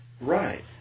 Right